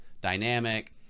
dynamic